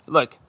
Look